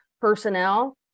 personnel